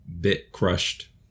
bit-crushed